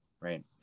right